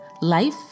life